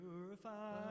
Purify